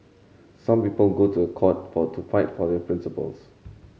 some people go to a court for to fight for their principles